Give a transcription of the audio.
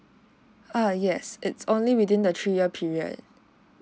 err yes it's only within the three year period